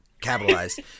capitalized